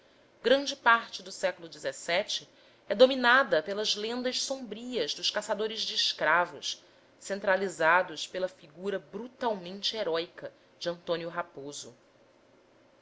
grande parte do século xvii é dominada pelas lendas sombrias dos caçadores de escravos centralizados pela figura brutalmente heróica de antônio raposo